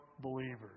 believers